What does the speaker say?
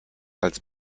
als